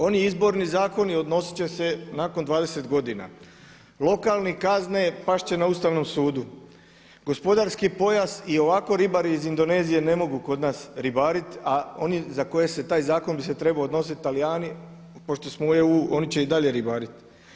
Oni izborni zakoni odnositi će se nakon 20 godina, lokalne kazne pasti će na Ustavnom sudu, gospodarski pojas, i ovako ribari iz Indonezije ne mogu kod nas ribariti a oni za koje bi se taj zakon trebao odnositi, Talijani, pošto smo u EU oni će i dalje ribariti.